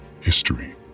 history